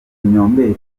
nyombeli